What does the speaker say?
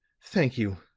thank you,